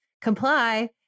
comply